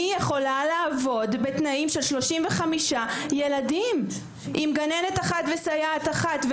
מי יכולה לעבוד בתנאים של 35 ילדים עם גננת אחת וסייעת אחת?